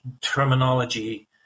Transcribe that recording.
terminology